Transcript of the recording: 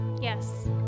Yes